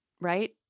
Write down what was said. right